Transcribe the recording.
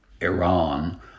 Iran